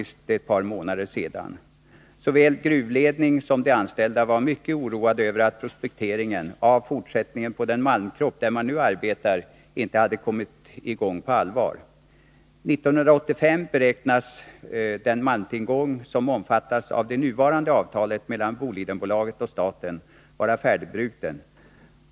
Såväl gruvledning som anställda var mycket oroade över att prospekteringen av fortsättningen på den malmkropp där man nu arbetar inte kommit i gång på allvar. År 1985 beräknas den malmtillgång som omfattas av det nuvarande avtalet mellan Bolidenbolaget och staten vara färdigbruten.